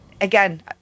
again